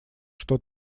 что